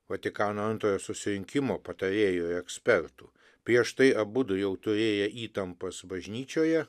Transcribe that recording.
vatikano antrojo susirinkimo patarėjų ir ekspertų prieš tai abudu jau turėję įtampas bažnyčioje